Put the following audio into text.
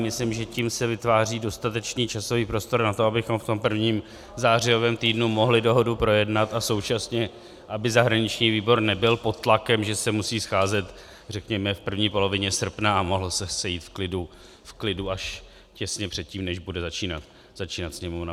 Myslím, že se tím vytváří dostatečný časový prostor na to, abychom v tom prvním zářijovém týdnu mohli dohodu projednat a současně aby zahraniční výbor nebyl pod tlakem, že se musí scházet, řekněme, v první polovině srpna, a mohl se sejít v klidu až těsně předtím, než bude zasedat Sněmovna.